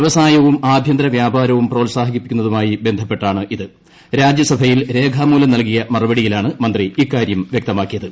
വ്യവസായവും ആഭ്യന്തര വ്യാപാരവും പ്രോത്സാഹിപ്പിക്കുന്നതുമായി ബന്ധപ്പെട്ടാണ് ഇത് രാജ്യസഭയിൽ രേഖാമൂലം നൽകിയ മറുപടിയിലാണ് മന്ത്രി ഇക്കാര്യം വ്യക്തമാക്കിയത്